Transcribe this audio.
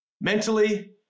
mentally